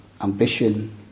ambition